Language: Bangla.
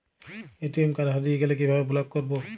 এ.টি.এম কার্ড হারিয়ে গেলে কিভাবে ব্লক করবো?